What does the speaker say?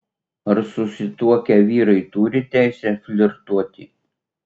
ar susituokę vyrai turi teisę flirtuoti